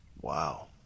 Wow